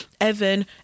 Evan